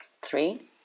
Three